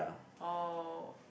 oh